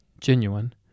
genuine